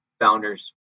founders